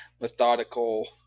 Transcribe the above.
methodical